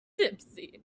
tipsy